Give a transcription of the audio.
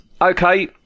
Okay